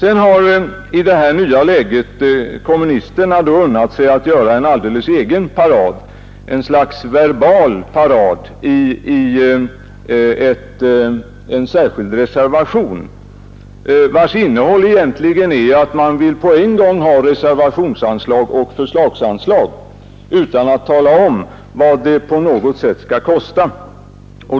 I detta nya läge har kommunisterna unnat sig att göra en alldeles egen parad — ett slags verbal parad — i en särskild reservation, vars innehåll egentligen är att man vill på en gång ha reservationsanslag och förslagsanslag utan att på något sätt tala om vad det skall kosta.